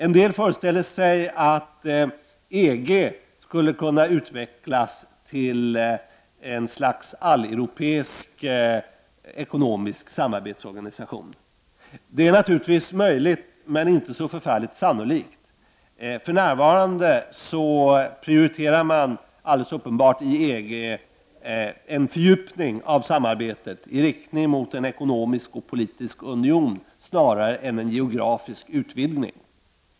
En del föreställer sig att EG skulle kunna utvecklas till en slags alleuropeisk ekonomisk samarbetsorganisation. Det är naturligtvis möjligt, men inte så förfärligt sannolikt. För närvarande prioriterar man i EG alldeles uppenbart en fördjupning av samarbetet i riktning mot en ekonomisk och politisk union snarare än en geografisk utvidgning.